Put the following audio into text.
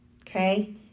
Okay